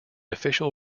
official